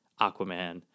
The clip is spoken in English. Aquaman